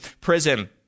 prison